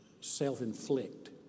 self-inflict